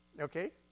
Okay